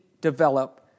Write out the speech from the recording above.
develop